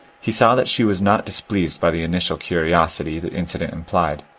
he saw that she was not displeased by the initial curiosity the incident implied.